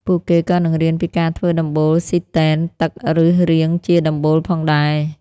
ពួកគេក៏នឹងរៀនពីការធ្វើដំបូលស៊ីទែនទឹកឬរាងជាដំបូលផងដែរ។